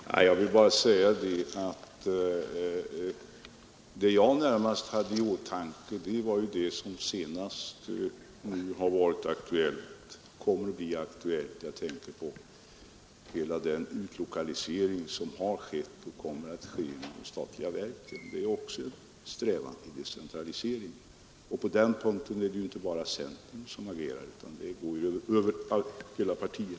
Fru talman! Jag vill bara säga att det jag närmast hade i åtanke var det som just nu är och kommer att bli aktuellt. Jag tänker på de beslut om utlokalisering som har skett och kommer att ske av de statliga verken. Det är också en strävan till decentralisering, och på den punkten är det inte bara centern som agerar, utan det går över alla partier.